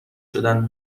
شدن